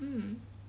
mm